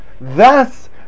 thus